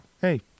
Hey